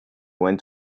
went